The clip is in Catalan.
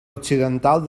occidental